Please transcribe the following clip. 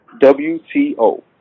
WTO